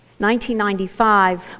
1995